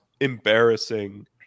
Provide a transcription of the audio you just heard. embarrassing